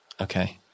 Okay